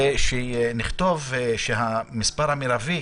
ושנכתוב שהמספר המרבי,